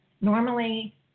normally